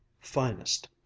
finest